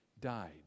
died